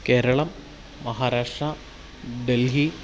Keralam Maharashtra Delhi